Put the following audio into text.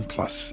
Plus